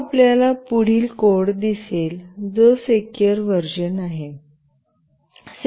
आता आपल्याला पुढील कोड दिसेल जो सेक्युर व्हर्जन आहे